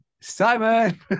Simon